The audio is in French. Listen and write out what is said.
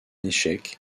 échec